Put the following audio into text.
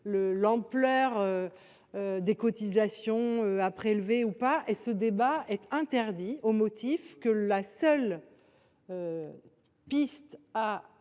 l’ampleur des cotisations à prélever. Ce débat est interdit au motif que la seule piste à